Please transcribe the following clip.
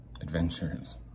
adventures